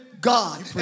God